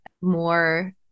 more